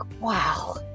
wow